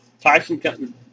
Tyson